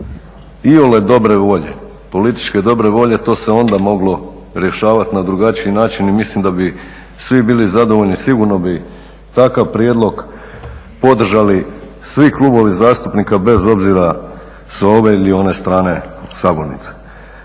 iole dobre volje, političke dobre volje to se onda moglo rješavati na drugačiji način i mislim da bi svi bili zadovoljni, sigurno bi takav prijedlog podržali svi klubovi zastupnika bez obzira sa ove ili one strane sabornice.